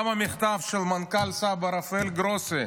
גם המכתב של מנכ"ל סבא"א, מיכאל גרוסה,